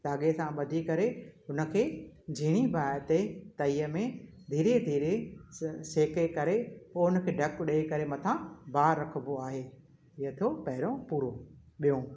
धाॻे सां बधी करे हुनखे झीणी बाहि ते तईअ में धीरे धीरे सेके करे पोइ हुनखे ढुक ॾेई करे मथां भार रखिबो आहे इअ थो पहिरों पूरो ॿियों